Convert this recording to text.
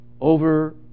over